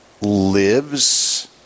lives